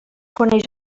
coneix